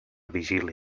vigília